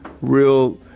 real